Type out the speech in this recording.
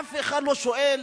אף אחד לא שואל?